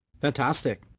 Fantastic